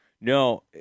No